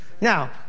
Now